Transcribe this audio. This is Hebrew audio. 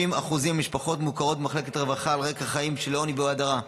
30% מהמשפחות מוכרות במחלקות הרווחה על רקע של חיים בעוני ובהדרה,